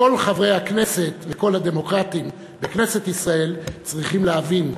כל חברי הכנסת וכל הדמוקרטים בכנסת ישראל צריכים להבין: